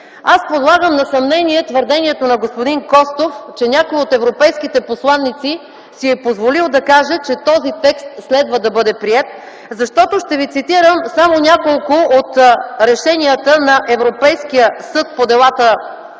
Аз подлагам на съмнение твърдението на господин Костов, че някои от европейските посланици си е позволил да каже, че този текст следва да бъде приет, защото ще ви цитирам само няколко от решенията на Европейския съд по дела